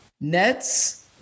nets